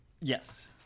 Yes